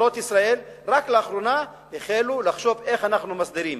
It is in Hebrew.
רק לאחרונה החלו ממשלות ישראל לחשוב איך מסדירים